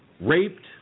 raped